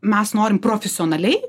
mes norim profesionaliai